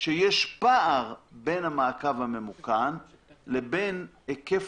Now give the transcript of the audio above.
שיש פער בין המעקב הממוכן לבין היקף